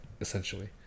essentially